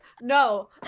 No